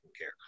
care